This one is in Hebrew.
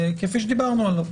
כפי שדיברנו עליו.